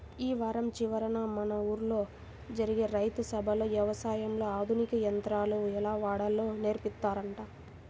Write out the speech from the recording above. యీ వారం చివరన మన ఊల్లో జరిగే రైతు సభలో యవసాయంలో ఆధునిక యంత్రాలు ఎలా వాడాలో నేర్పిత్తారంట